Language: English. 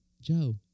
Joe